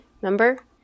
remember